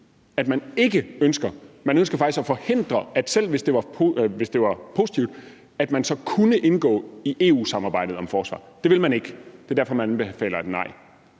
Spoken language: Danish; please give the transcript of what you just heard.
at man faktisk ønsker at forhindre, selv hvis det var positivt, at man så kunne indgå i EU-samarbejdet om forsvar. Det vil man ikke. Det er derfor, man anbefaler et